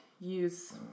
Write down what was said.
Use